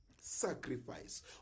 Sacrifice